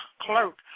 clerk